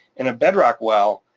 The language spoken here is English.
in a bedrock well